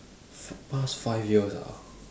past five years ah